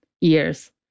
years